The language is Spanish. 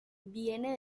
viene